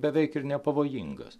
beveik ir nepavojingas